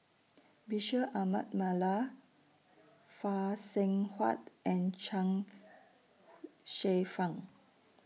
Bashir Ahmad Mallal Phay Seng Whatt and Chuang Hsueh Fang